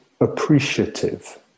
appreciative